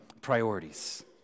priorities